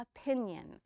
opinion